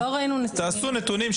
תאספו נתונים.